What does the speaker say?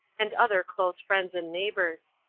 and other close friends and neighbors.